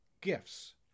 gifts